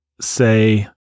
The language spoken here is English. say